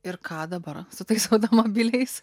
ir ką dabar su tais automobiliais